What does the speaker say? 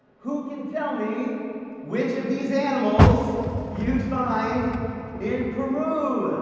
who can tell me which of these animals you'd find in peru?